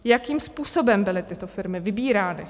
Jakým způsobem byly tyto firmy vybírány?